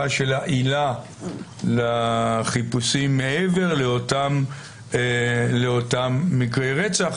של העילה לחיפושים מעבר לאותם מקרי רצח.